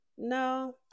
No